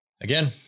Again